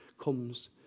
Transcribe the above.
comes